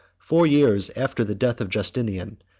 four years after the death of justinian,